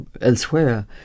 elsewhere